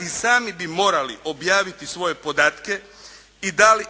i sami bi morali objaviti svoje podatke